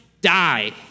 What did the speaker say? die